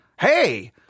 hey